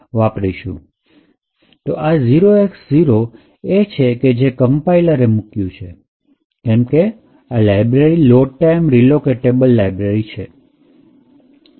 તો આ 0X0 એ છે કે જે કમ્પાઇલર એ મુક્યુ છે કેમકે આ library load time relocatable library છે